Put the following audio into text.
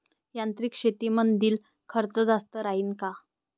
यांत्रिक शेतीमंदील खर्च जास्त राहीन का?